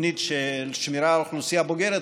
תוכנית השמירה על אוכלוסייה בוגרת,